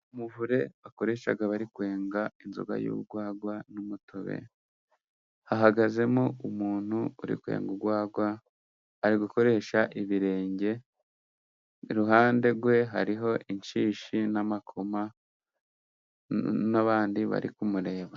Umuvure bakoresha bari kwenga inzoga y’urwagwa n’umutobe. Hahagazemo umuntu uri kwenga urwagwa, ari gukoresha ibirenge. Iruhande rwe hariho inshishi n’amakoma, n’abandi bari kumureba.